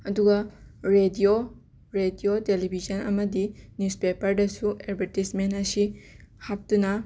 ꯑꯗꯨꯒ radio radio television ꯑꯃꯗꯤ ꯅꯤꯌꯨꯖꯄꯦꯄꯔꯗꯁꯨ ꯑꯦꯗꯚꯔꯇꯤꯁꯃꯦꯟ ꯑꯁꯤ ꯍꯥꯞꯇꯨꯅ